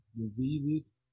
diseases